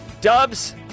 dubs